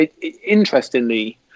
Interestingly